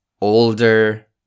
older